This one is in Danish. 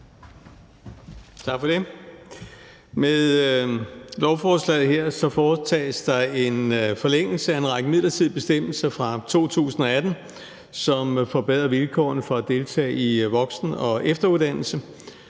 Med lovforslaget her foretages der en forlængelse af en række midlertidige bestemmelser fra 2018, som forbedrer vilkårene for at deltage i voksen- og efteruddannelse.